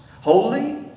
Holy